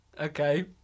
Okay